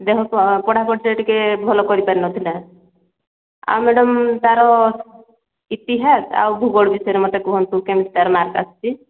ଦେହ ପଢା଼ପଢ଼ିରେ ଟିକିଏ ଭଲ କରିପାରିନଥିଲା ଆଉ ମ୍ୟାଡାମ୍ ତାର ଇତିହାସ ଆଉ ଭୂଗୋଳ ବିଷୟରେ ମୋତେ କୁହନ୍ତୁ କେମିତି ତାର ମାର୍କ ଆସିଛି